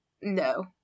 No